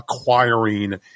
acquiring